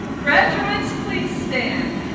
graduates, please stand.